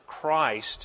Christ